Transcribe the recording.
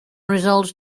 resolves